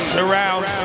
Surround